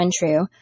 untrue